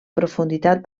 profunditat